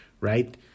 Right